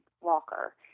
Walker